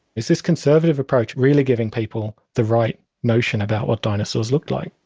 is this conservative approach really giving people the right notion about what dinosaurs looked like?